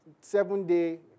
seven-day